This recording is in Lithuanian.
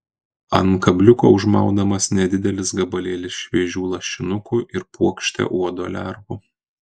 ant kabliuko užmaunamas nedidelis gabalėlis šviežių lašinukų ir puokštė uodo lervų